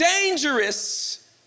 dangerous